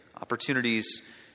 Opportunities